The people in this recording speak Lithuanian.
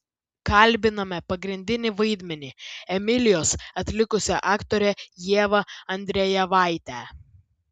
kalbiname pagrindinį vaidmenį emilijos atlikusią aktorę ievą andrejevaitę